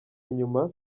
inyuma